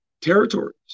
territories